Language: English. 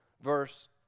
verse